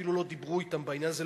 אפילו לא דיברו אתם בעניין הזה,